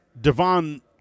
Devon